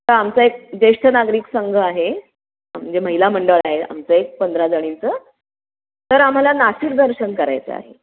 तर आमचा एक ज्येष्ठ नागरिक संघ आहे म्हणजे महिला मंडळ आहे आमचं एक पंधरा जणींचं तर आम्हाला नाशिक दर्शन करायचं आहे